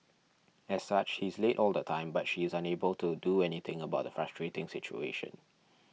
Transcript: as such he is late all the time but she is unable to do anything about the frustrating situation